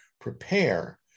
prepare